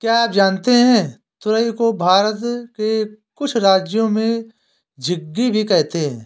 क्या आप जानते है तुरई को भारत के कुछ राज्यों में झिंग्गी भी कहते है?